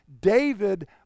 David